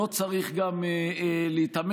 לא צריך גם להתאמץ.